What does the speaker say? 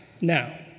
now